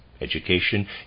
education